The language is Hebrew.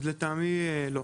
אז לטעמי לא.